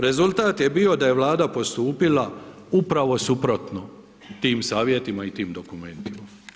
Rezultat je bio da je Vlada postupila upravo suprotno tim savjetima i tim dokumentima.